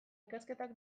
ikasketak